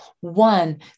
One